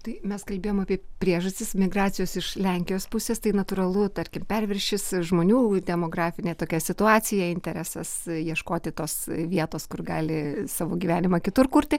tai mes kalbėjom apie priežastis migracijos iš lenkijos pusės tai natūralu tarkim perviršis žmonių demografinė tokia situacija interesas ieškoti tos vietos kur gali savo gyvenimą kitur kurti